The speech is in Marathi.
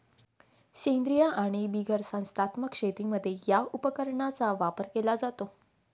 सेंद्रीय आणि बिगर संस्थात्मक शेतीमध्ये या उपकरणाचा वापर केला जातो